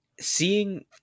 seeing